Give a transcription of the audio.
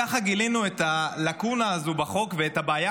כך גילינו את הלקונה הזאת בחוק ואת הבעיה